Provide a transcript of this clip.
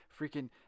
freaking